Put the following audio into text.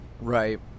Right